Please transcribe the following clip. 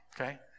okay